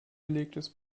belegtes